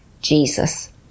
Jesus